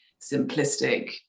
simplistic